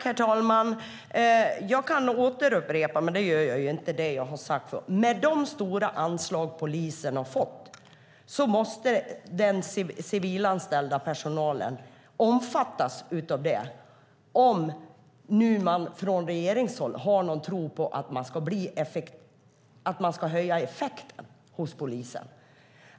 Herr talman! Jag kan upprepa det jag har sagt, men det gör jag ju inte. De stora anslag som polisen har fått måste omfatta den civilanställda personalen, om man från regeringshåll har någon tro på att man ska höja effekten hos polisen.